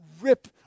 rip